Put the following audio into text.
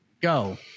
Go